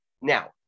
Now